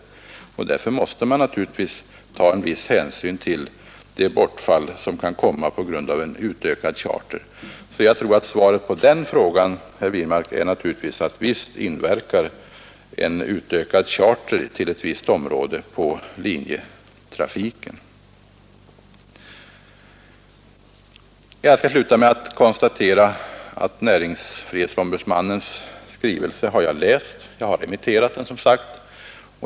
Därför måste man naturligtvis ta viss hänsyn till det bortfall som kan komma på grund av en utökad charter. Svaret på frågan, herr Wirmark, är alltså att visst inverkar en utökad charter till ett visst område på linjetrafiken. Jag skall sluta med att konstatera att jag har läst näringsfrihetsombudsmannens skrivelse, och jag har som sagt remitterat den.